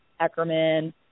Eckerman